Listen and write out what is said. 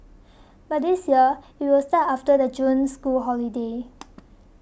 but this year it will start after the June school holidays